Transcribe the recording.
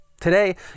Today